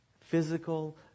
physical